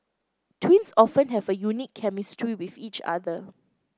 twins often have a unique chemistry with each other